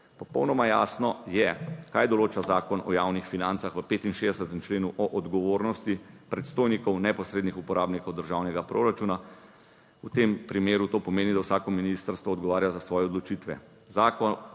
Popolnoma jasno je, kaj določa Zakon o javnih financah v 65. členu o odgovornosti predstojnikov neposrednih uporabnikov državnega proračuna. V tem primeru to pomeni, da vsako ministrstvo odgovarja za svoje odločitve.